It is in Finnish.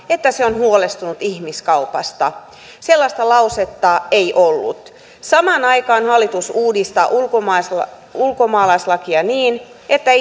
että se on huolestunut ihmiskaupasta sellaista lausetta ei ollut samaan aikaan hallitus uudistaa ulkomaalaislakia ulkomaalaislakia niin että